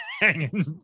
hanging